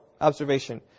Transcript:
observation